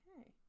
Okay